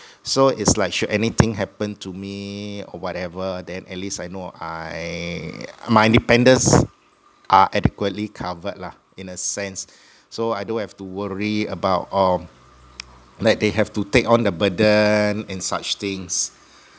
so its like should any thing happen to me or whatever then at least I know I my dependents are adequately covered lah in a sense so I don't have to worry that oh like they have to take on the burden and such things